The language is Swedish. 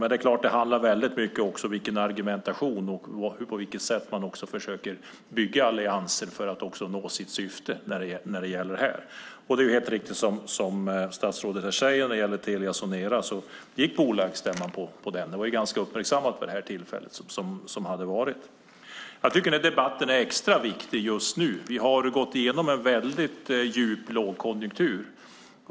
Men det är klart att det också handlar mycket om vilken argumentation man har och på vilket sätt man försöker bygga allianser för att nå sitt syfte. Det är helt riktigt som statsrådet säger här; när det gäller Telia Sonera gick bolagsstämman på detta. Det var ganska uppmärksammat vid det tillfället. Jag tycker att debatten är extra viktig just nu. Vi har gått igenom en djup lågkonjunktur.